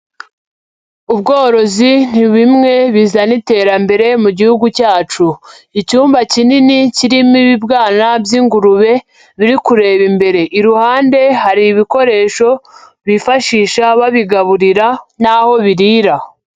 Ubworozi ni bimwe bizana iterambere mu gihugu cyacu. Icyumba kinini kirimo ibibwana by'ingurube biri kureba imbere, iruhande hari ibikoresho bifashisha babigaburira n'aho birira.